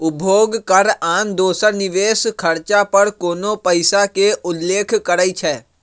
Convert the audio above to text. उपभोग कर आन दोसर निवेश खरचा पर कोनो पइसा के उल्लेख करइ छै